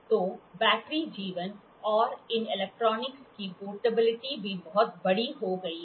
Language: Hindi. तो बैटरी जीवन और इन इलेक्ट्रॉनिक्स की पोर्टेबिलिटी भी बहुत बड़ी हो गई है